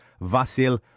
Vasil